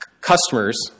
customers